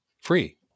free